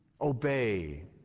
obey